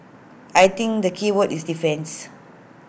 I think the keyword is defence